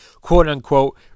quote-unquote